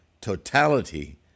totality